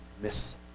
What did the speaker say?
Miss